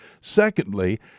Secondly